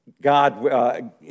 God